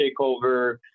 takeover